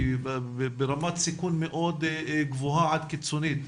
וברמת סיכון מאוד גבוהה עד קיצונית.